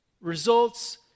results